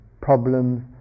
problems